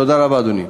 תודה רבה, אדוני.